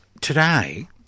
today